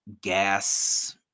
gas